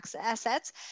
assets